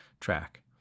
track